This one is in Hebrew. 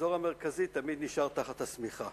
האזור המרכזי נשאר תחת השמיכה.